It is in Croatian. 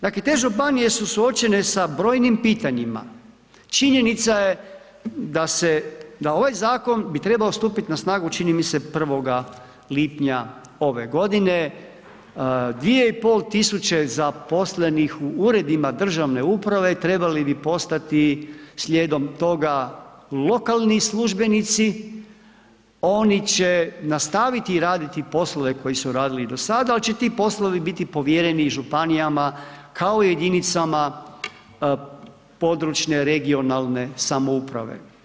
Dakle te županije su suočene sa brojnim pitanjima, činjenica je da se, da ovaj zakon bi trebao stupiti na snagu čini mi se 1. lipnja ove godine, 2,5 tisuće zaposlenih u uredima državne uprave, trebali bi postati slijedom toga lokalni službenici, oni će nastaviti raditi poslove koje su radili do sada ali će ti poslovi biti povjereni županijama kao i jedinicama područne, regionalne samouprave.